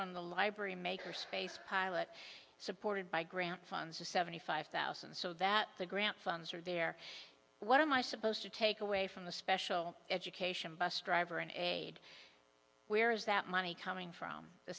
one the library maker space pilot supported by grant funds to seventy five thousand so that the grant funds are there what am i supposed to take away from the special education bus driver and aid where is that money coming from the